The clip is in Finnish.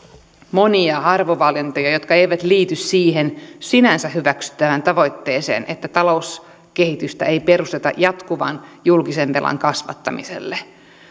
monia arvovalintoja jotka eivät liity siihen sinänsä hyväksyttävään tavoitteeseen että talouskehitystä ei perusteta jatkuvalle julkisen velan kasvattamiselle